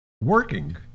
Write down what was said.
working